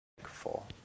Thankful